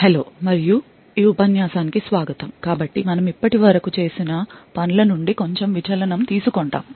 hello మరియు ఈ ఉపన్యాసానికి స్వాగతం కాబట్టి మనము ఇప్పటి వరకు చేసిన పనుల నుండి కొంచెం విచలనం తీసుకుంటాము